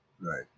Right